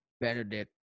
Benedict